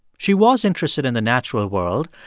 she was interested in the natural world.